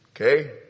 Okay